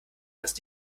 das